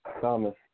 Thomas